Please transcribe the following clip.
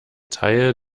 teil